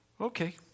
okay